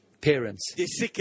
parents